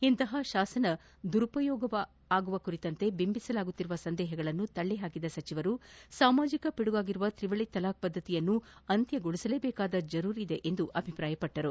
ಇಂತಹ ಶಾಸನ ದುರುಪಯೋಗವಾಗುವ ಕುರಿತಂತೆ ಬಿಂಬಿಸಲಾಗುತ್ತಿರುವ ಸಂದೇಹಗಳನ್ನು ತಳ್ಳಿಹಾಕಿದ ಸಚಿವರು ಸಾಮಾಜಿಕ ಪಿಡುಗಾಗಿರುವ ತ್ರಿವಳಿ ತಲಾಕ್ ಪದ್ದತಿಯನ್ನು ಅಂತ್ಯಗೊಳಿಸಲೇಬೇಕಾದ ಜರೂರಿದೆ ಎಂದು ಅಭಿಪ್ರಾಯಪಟ್ಟರು